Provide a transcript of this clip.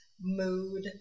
mood